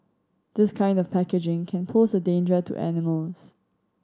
this kind of packaging can pose a danger to animals